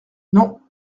non